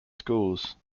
schools